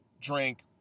drink